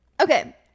Okay